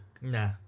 Nah